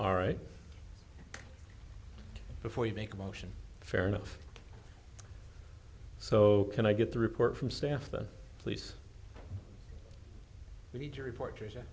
all right before you make a motion fair enough so can i get the report from staff that please read your report